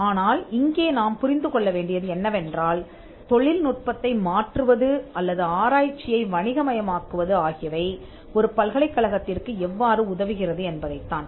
ஆனால் இங்கே நாம் புரிந்து கொள்ள வேண்டியது என்னவென்றால் தொழில்நுட்பத்தை மாற்றுவது அல்லது ஆராய்ச்சியை வணிக மயமாக்குவது ஆகியவை ஒரு பல்கலைக் கழகத்திற்கு எவ்வாறு உதவுகிறது என்பதைத் தான்